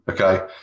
okay